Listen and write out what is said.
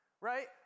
right